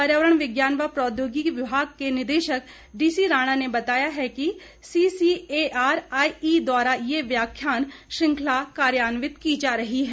पर्यावरण विज्ञान व प्रौद्योगिकी विभाग के निदेशक डीसी राणा ने बताया कि सीसीएआरआईई द्वारा ये व्याख्यान श्रृंखला कार्यान्वित की जा रही है